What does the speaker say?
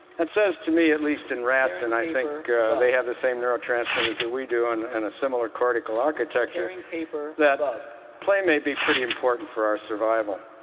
that says to me, at least in rats and i think they have the same neurotransmitters that we do and and a similar cortical architecture that play may be pretty important for our survival.